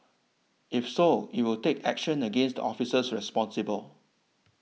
if so it will take action against the officers responsible